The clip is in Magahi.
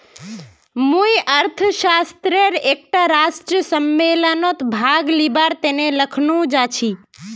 मुई अर्थशास्त्रेर एकटा राष्ट्रीय सम्मेलनत भाग लिबार तने लखनऊ जाछी